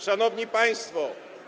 Szanowni Państwo!